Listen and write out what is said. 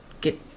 get